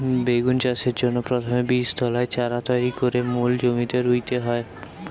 বেগুন চাষের জন্যে প্রথমে বীজতলায় চারা তৈরি কোরে মূল জমিতে রুইতে হয়